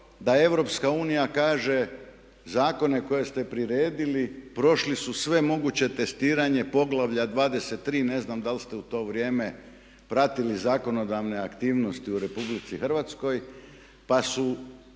dobro da EU kaže zakone koje ste priredili prošli su sve moguće testiranje Poglavlja 23., ne znam da li ste u to vrijeme pratili zakonodavne aktivnosti u RH, pa su